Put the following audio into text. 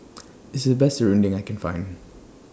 This IS The Best Serunding that I Can Find